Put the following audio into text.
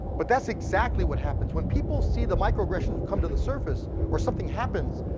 but that's exactly what happens. when people see the microaggressions come to the surface or something happens,